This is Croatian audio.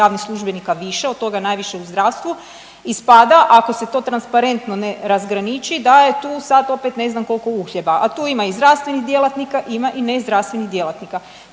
javnih službenika više, od toga najviše u zdravstvu ispada ako se to transparentno ne razgraniči, da je tu sad opet ne znam kolko uhljeba, a tu ima i zdravstvenih djelatnika, ima i nezdravstvenih djelatnika,